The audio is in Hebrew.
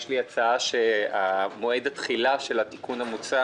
יש לי הצעה שמועד התחילה של התיקון המוצע